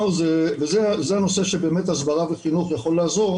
זה הנושא של המחקר